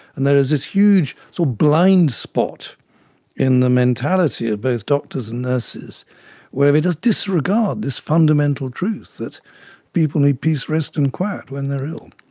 and there's this huge so blind-spot in the mentality of both doctors and nurses where we just disregard this fundamental truth, that people need peace, rest and quiet when they are ill.